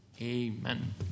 Amen